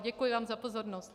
Děkuji vám za pozornost.